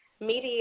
Media